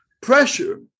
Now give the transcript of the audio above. pressure